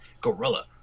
gorilla